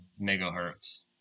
megahertz